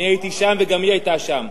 אני הייתי שם וגם היא היתה שם,